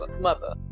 Mother